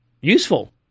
useful